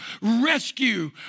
rescue